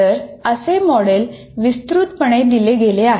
तर असे मॉडेल विस्तृतपणे दिले गेले आहे